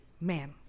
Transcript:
man